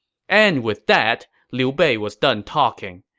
and with that, liu bei was done talking.